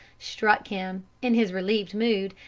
struck him, in his relieved mood,